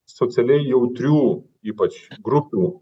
socialiai jautrių ypač grupių